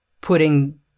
putting